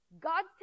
God's